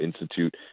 institute